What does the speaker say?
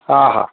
हा हा